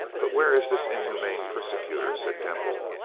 but where is this inhuman persecutor? said temple.